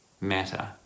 matter